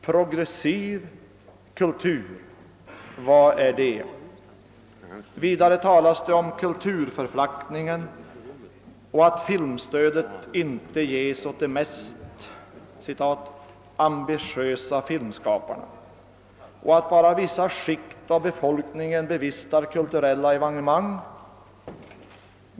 Progressiv kultur — vad är det? Vidare hänvisas till kulturförflackningen och påpekas att filmstödet inte ges åt de »mest ambitiösa filmskaparna» samt att bara vissa skikt av befolkningen bevistar kulturella evenemang.